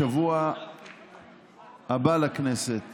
בשבוע הבא לכנסת